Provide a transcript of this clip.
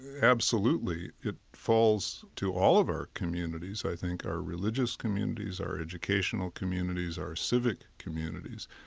absolutely, it falls to all of our communities, i think, our religious communities, our educational communities, our civic communities,